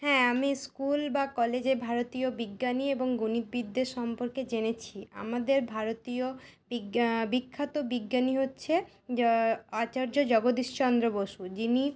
হ্যাঁ আমি স্কুল বা কলেজে ভারতীয় বিজ্ঞানী এবং গণিতবিদ্যে সম্পর্কে জেনেছি আমাদের ভারতীয় বিজ্ঞা বিখ্যাত বিজ্ঞানী হচ্ছে আচার্য জগদীশ চন্দ্র বসু যিনি